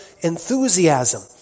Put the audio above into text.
enthusiasm